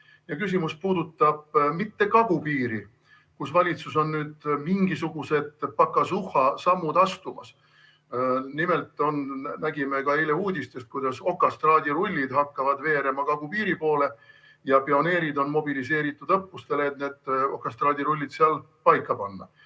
Küsimus puudutab mitte kagupiiri, kus valitsus on nüüd mingisuguseid pakasuha samme astumas – nimelt nägime eile uudistest, kuidas okastraadirullid hakkavad veerema kagupiiri poole ja pioneerid on mobiliseeritud õppustele, et need okastraadirullid seal paika panna.